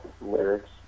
lyrics